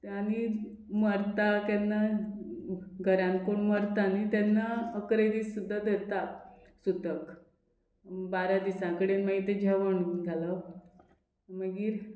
आनी मरता केन्ना घरान कोण मरता न्ही तेन्ना अकरय दीस सुद्दां धरता सुतक बारा दिसां कडेन मागीर तें जेवण घालप मागीर